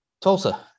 Tulsa